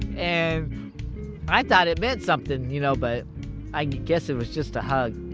and i thought it meant something, you know, but i guess it was just a hug